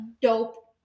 dope